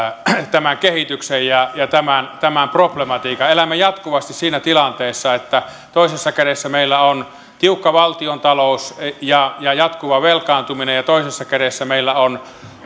tämän kehityksen ja ja tämän problematiikan elämme jatkuvasti siinä tilanteessa että toisessa kädessä meillä on tiukka valtiontalous ja ja jatkuva velkaantuminen ja toisessa kädessä meillä on